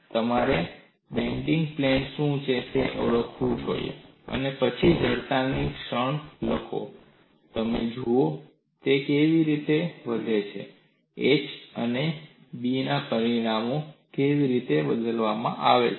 જુઓ તમારે bending plane શું છે તે ઓળખવું જોઈએ અને પછી જડતાની ક્ષણ લખો અને જુઓ કે તે કેવી રીતે વળે છે એચ અને બીના પરિમાણો કેવી રીતે બતાવવામાં આવે છે